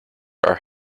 are